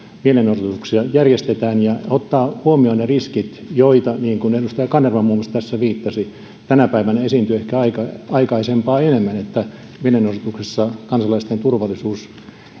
mielenosoituksia järjestetään ja ottaa huomioon ne riskit joita niin kuin edustaja kanerva muun muassa tässä viittasi tänä päivänä esiintyy ehkä aikaisempaa enemmän eli mielenosoituksissa kansalaisten turvallisuus